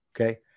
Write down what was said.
Okay